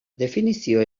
definizio